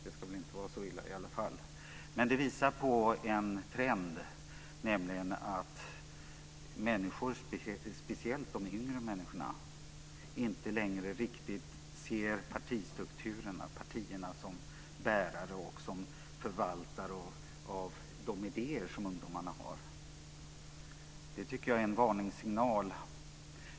Det ska väl i alla fall inte vara så illa. Men det visar på en trend. Speciellt de yngre människorna ser inte längre riktigt partistrukturerna och partierna som bärare och förvaltare av de idéer som ungdomarna har. Det tycker jag är en varningssignal.